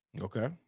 Okay